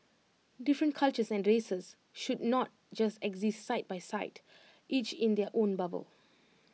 different cultures and races should not just exist side by side each in their own bubble